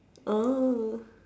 oh